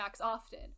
often